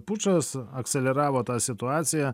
pučas akseleravo tą situaciją